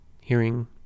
Hearing